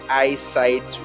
eyesight